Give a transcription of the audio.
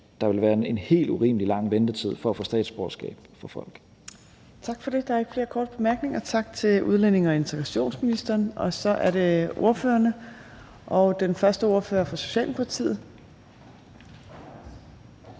der ville være en helt urimelig lang ventetid til at få statsborgerskab. Kl. 15:44 Tredje næstformand (Trine Torp): Tak for det. Der er ikke flere korte bemærkninger. Tak til udlændinge- og integrationsministeren. Så er det ordførerne, og den første ordfører er fra Socialdemokratiet.